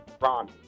Ron